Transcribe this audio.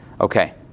Okay